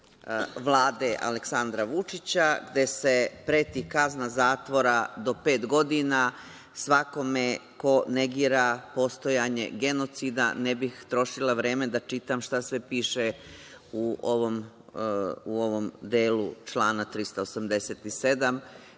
Vlade Aleksandra Vučića, gde se preti kaznom zatvora do pet godina svakome ko negira postojanje genocida. Ne bih trošila vreme da čitam šta sve piše u ovom delu člana 387,